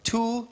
Two